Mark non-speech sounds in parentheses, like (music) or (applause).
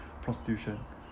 (breath) prostitution